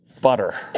butter